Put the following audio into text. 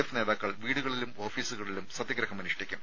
F നേതാക്കൾ വീടുകളിലും ഓഫീസുകളിലും സത്യഗ്രഹം അനുഷ്ഠിക്കും